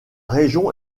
région